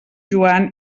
joan